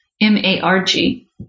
M-A-R-G